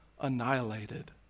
annihilated